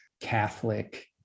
Catholic